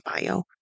bio